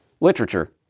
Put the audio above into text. Literature